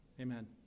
Amen